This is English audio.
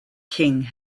king